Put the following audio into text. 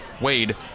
Wade